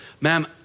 ma'am